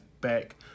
back